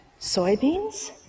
Soybeans